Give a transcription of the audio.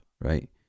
right